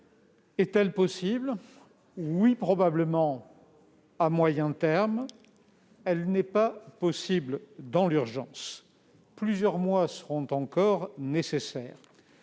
est-elle possible ? Oui probablement, à moyen terme, mais pas dans l'urgence. Plusieurs mois seront encore nécessaires.